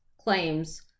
claims